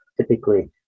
Typically